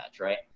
right